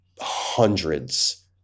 hundreds